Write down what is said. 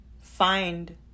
find